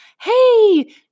hey